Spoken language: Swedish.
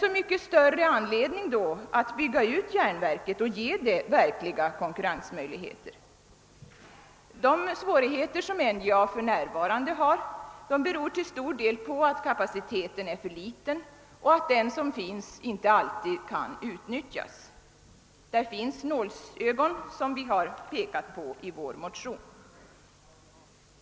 Så mycket större anledning finns det emellertid då att bygga ut järnverket och ge det verkliga konkurrensmöjligheter. De nuvarande svårigheterna för NJA beror till stor del på att kapaciteten är för liten och på att den som finns inte alltid kan utnyttjas. Det finns nålsögon, som vi pekar på i vår motion.